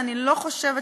תזכור,